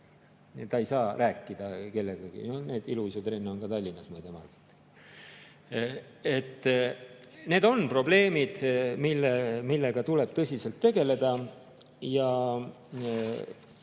ta ei saa rääkida kellegagi. Neid iluuisutrenne on ka Tallinnas … Need on probleemid, millega tuleb tõsiselt tegeleda, ja